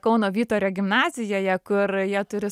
kauno vyturio gimnazijoje kur jie turi